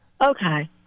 Okay